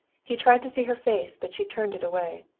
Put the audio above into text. he tried to see her face, but she turned it away.